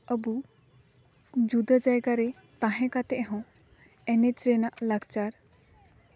ᱟᱹᱵᱚ ᱡᱩᱫᱟᱹ ᱡᱟᱭᱜᱟ ᱨᱮ ᱛᱟᱦᱮᱸ ᱠᱟᱛᱮᱫ ᱦᱚᱸ ᱮᱱᱮᱡ ᱨᱮᱱᱟᱜ ᱞᱟᱠᱪᱟᱨ